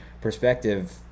perspective